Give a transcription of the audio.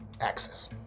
access